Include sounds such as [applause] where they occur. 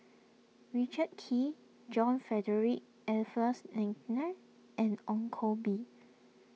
Richard Kee John Frederick Adolphus [unintelligible] and Ong Koh Bee